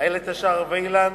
איילת השחר ואילן.